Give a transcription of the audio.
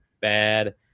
bad